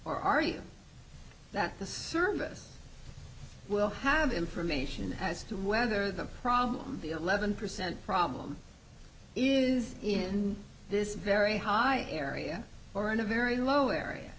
or are you that the service will have information as to whether the problem the eleven percent problem is in this very high area or in a very low area